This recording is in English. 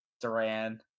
Duran